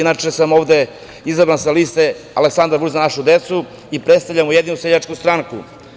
Inače, izabran sam sa liste Aleksandar Vučić-Za našu decu i predstavljam Ujedinjenu seljačku stranku.